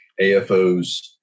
AFOs